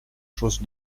chose